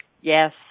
yes